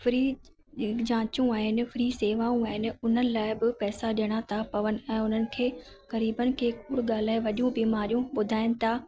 free जाचूं आहिनि free सेवाऊं आहिनि उन लाइ बि पैसा ॾियणा था पवनि ऐं उन्हनि खे ग़रीबनि खे ॻाल्हाए वॾियूं बीमारियूं ॿुधाइनि था